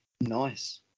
nice